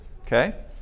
Okay